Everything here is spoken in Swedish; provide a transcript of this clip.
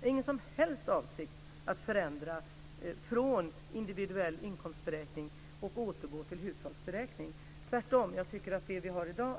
Jag har ingen som helst avsikt att förändra från individuell inkomstberäkning och återgå till hushållsberäkning. Tvärtom. Jag tycker att det system som vi har i dag